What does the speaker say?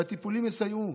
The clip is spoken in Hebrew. שהטיפולים יסייעו.